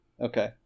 Okay